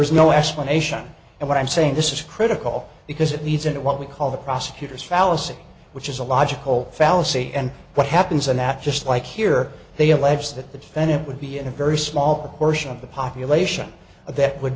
is no explanation and what i'm saying this is critical because it leads into what we call the prosecutor's fallacy which is a logical fallacy and what happens and that just like here they allege that the defendant would be in a very small proportion of the population of that would